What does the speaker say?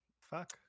Fuck